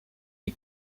est